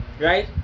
right